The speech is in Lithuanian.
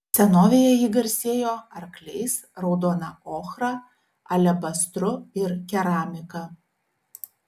senovėje ji garsėjo arkliais raudona ochra alebastru ir keramika